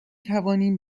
توانیم